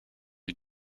you